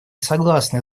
согласны